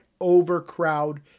overcrowd